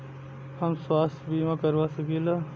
हम स्वास्थ्य बीमा करवा सकी ला?